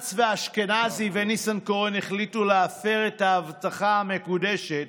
כשגנץ ואשכנזי וניסנקורן החליטו להפר את ההחלטה המקודשת